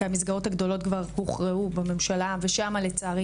כי המסגרות הגדולות כבר הוכרעו בממשלה ושם לצערי